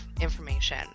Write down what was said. information